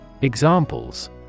Examples